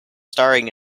staring